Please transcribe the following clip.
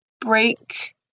break